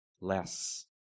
less